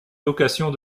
locations